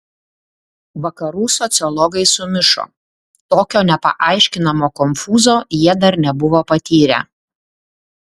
vakarų sociologai sumišo tokio nepaaiškinamo konfūzo jie dar nebuvo patyrę